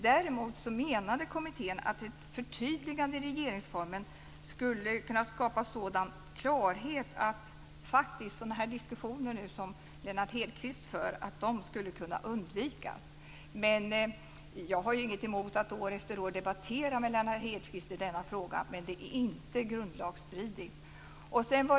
Däremot menade kommittén att ett förtydligande i regeringsformen skulle kunna skapa en sådan klarhet att sådana här diskussioner som Lennart Hedquist nu för skulle kunna undvikas. Men jag har inget emot att år efter år debattera med Lennart Hedquist denna fråga. Men det är inte grundlagsstridigt.